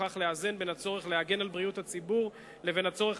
ובכך לאזן בין הצורך להגן על בריאות הציבור לבין הצורך